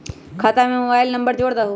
खाता में mobile number जोड़ दहु?